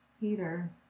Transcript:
Peter